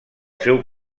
seu